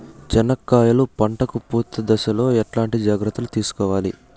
చెనక్కాయలు పంట కు పూత దశలో ఎట్లాంటి జాగ్రత్తలు తీసుకోవాలి?